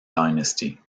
dynasty